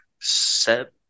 set